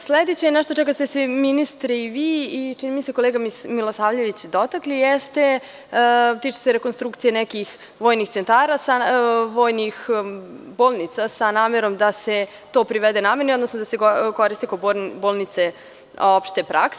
Sledeće je nešto čega ste se, ministre, i vi i, čini mi se, kolega Milosavljević dotakli tiče se rekonstrukcije nekih vojnih bolnica, sa namerom da se to privede nameni, odnosno da se koriste kao bolnice opšte prakse.